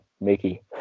Mickey